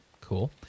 Cool